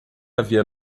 havia